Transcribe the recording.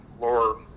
lower